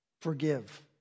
forgive